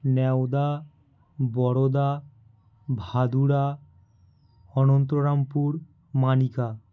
Nyaoda Baroda Bhadura Anantarampur Manika